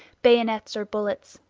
bayonets, or bullets.